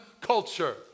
culture